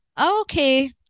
Okay